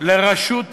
לרשות ציבורית.